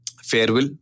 farewell